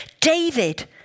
David